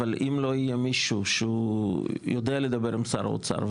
אבל אם לא יהיה מישהו שהוא יודע לדבר על שר האוצר,